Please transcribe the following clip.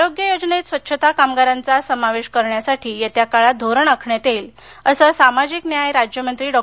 आरोग्य योजनेत स्वच्छता कामगारांचा समावेश करण्यासाठी येत्या काळात धोरण आखण्यात येईल अस सामाजिक न्याय राज्यमंत्री डॉ